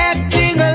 Acting